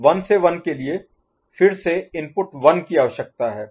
1 से 1 के लिए फिर से इनपुट 1 की आवश्यकता है